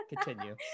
Continue